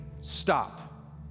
Stop